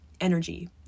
energy